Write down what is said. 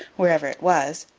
wherever it was.